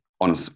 on